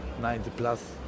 90-plus